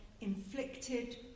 inflicted